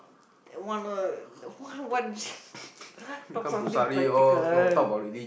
that one ah what talk something practical